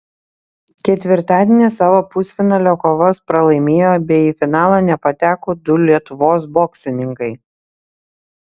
ketvirtadienį savo pusfinalio kovas pralaimėjo bei į finalą nepateko du lietuvos boksininkai